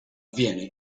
viene